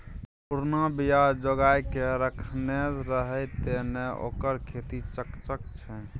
पुरना बीया जोगाकए रखने रहय तें न ओकर खेती चकचक छै